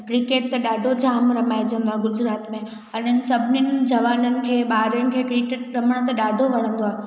cricket त ॾाढो जाम रमाइजंदो आहे गुजरात में अने सभिनी जवाननि ॿारनि खे क्रिकेट रमण त ॾाढो वणंदो आहे